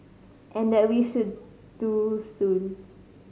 and that we should do soon